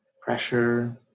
pressure